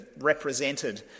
represented